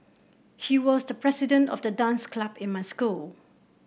he was the president of the dance club in my school